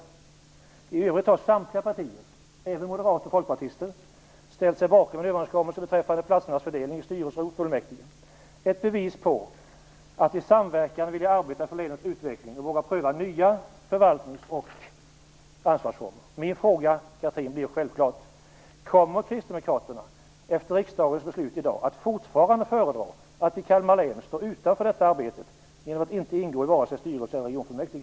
I övrigt har samtliga partier - även Moderaterna och Folkpartiet - ställt sig bakom en överenskommelse beträffande platsernas fördelning i styrelsen och fullmäktige. Det är ett bevis på att man i samverkan vill arbeta för länets utveckling och vågar pröva nya förvaltnings och ansvarsformer. Min fråga till Chatrine Pålsson blir självklart: Kommer Kristdemokraterna efter riksdagens beslut i dag fortfarande att föredra att stå utanför detta arbete i Kalmar län genom att inte ingå i styrelse eller regionfullmäktige?